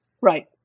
Right